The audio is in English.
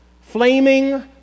Flaming